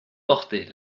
porter